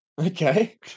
Okay